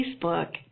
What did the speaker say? facebook